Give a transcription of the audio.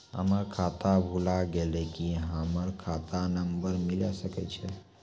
हमर खाता भुला गेलै, की हमर खाता नंबर मिले सकय छै?